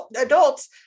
adults